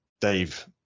Dave